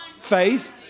Faith